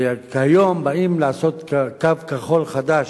וכיום באים לעשות "קו כחול" חדש,